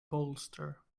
bolster